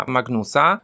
Magnusa